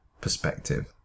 perspective